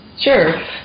Sure